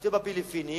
שתהיה בפיליפינים.